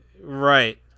right